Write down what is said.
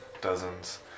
dozens